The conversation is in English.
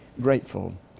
grateful